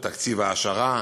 וכן את תקציב ההעשרה,